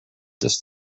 this